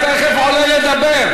אתה תכף עולה לדבר.